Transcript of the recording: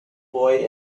boy